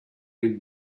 been